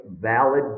valid